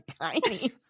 tiny